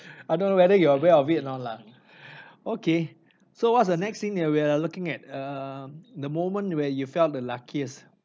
I don't know whether you are aware of it or not lah okay so what's the next thing that we're looking at um the moment where you felt the luckiest